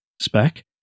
spec